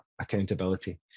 accountability